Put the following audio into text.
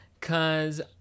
cause